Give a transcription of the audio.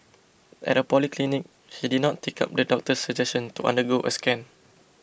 at a polyclinic he did not take up the doctor's suggestion to undergo a scan